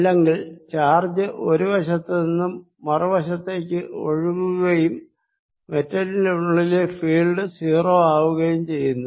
അല്ലെങ്കിൽ ചാർജ് ഒരു വശത്തു നിന്നും മറു വശത്തേക്ക് ഒഴുകുകയും മെറ്റലിനുള്ളിലെ ഫീൽഡ് 0 ആകുകയും ചെയ്യുന്നു